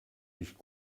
nicht